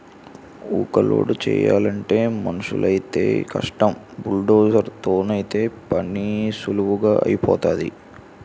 ఊక లోడు చేయలంటే మనుసులైతేయ్ కష్టం బుల్డోజర్ తోనైతే పనీసులువుగా ఐపోతాది